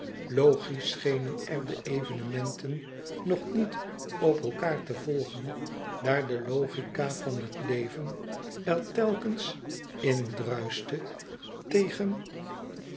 logisch schenen er de evenementen nog niet op elkaâr te volgen daar de logica van het leven er telkens indruischte tegen